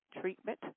treatment